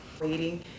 Waiting